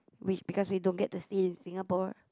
we because we don't get to stay in Singapore